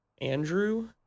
Andrew